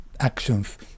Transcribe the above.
actions